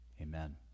Amen